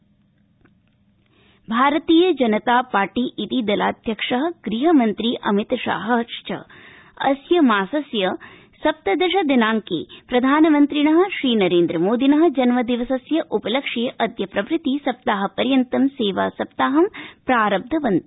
सब्वीसप्ताह भारतीय जनता पार्टीति दलाध्यक्ष गृहमन्त्री च अमितशाह अस्य मासस्य सप्तदशदिनाड़के प्रधानमन्त्रिण नरेन्द्रमोदिन जन्मदिवसस्य उपलक्ष्ये अद्यप्रभति सप्ताहपर्यन्तं सेवासप्ताहं प्रारब्धवान्